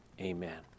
amen